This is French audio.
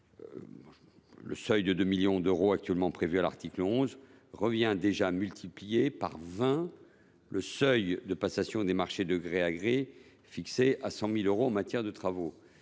le seuil de 2 millions d’euros actuellement prévu à l’article 11 revient déjà à multiplier par vingt le seuil de passation des marchés de gré à gré, fixé à 100 000 euros en matière de travaux.